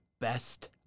best